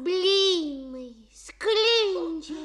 blynai sklindžiai